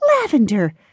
Lavender